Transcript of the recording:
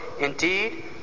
Indeed